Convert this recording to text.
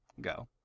go